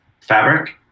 fabric